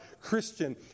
Christian